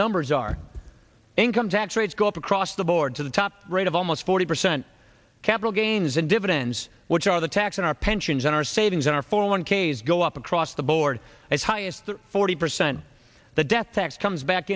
numbers are income tax rates go up across the board to the top rate of almost forty percent capital gains and dividends which are the tax on our pensions and our savings in our four one k s go up across the board as high as forty percent the death tax comes back